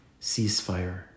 ceasefire